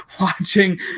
watching